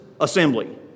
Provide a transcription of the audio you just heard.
assembly